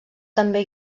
també